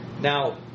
Now